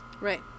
Right